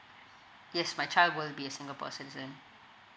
yes my child will be singapore citizen